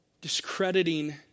discrediting